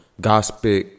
gospel